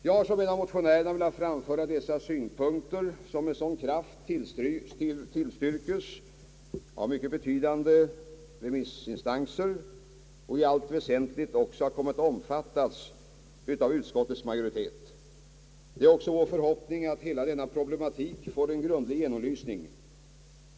Jag har som en av motionärerna velat framföra dessa syn punkter som med sådan kraft tillstyrkes av mycket betydande remissinstanser och i allt väsentligt också omfattas av utskottets majoritet. Det är också vår förhoppning att hela denna problematik får en grundlig genomlysning.